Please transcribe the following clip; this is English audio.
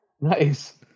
Nice